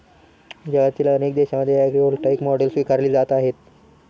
जगातील अनेक देशांमध्ये ॲग्रीव्होल्टाईक मॉडेल स्वीकारली जात आहे